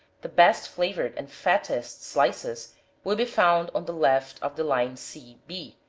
the best flavored and fattest slices will be found on the left of the line c, b,